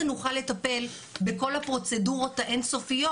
נוכל לטפל בכל הפרוצדורות האין סופיות,